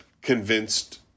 convinced